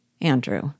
Andrew